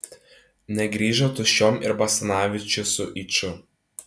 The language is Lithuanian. negrįžo tuščiom ir basanavičius su yču